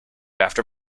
after